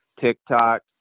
TikTok